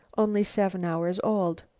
only seven hours old.